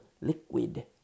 liquid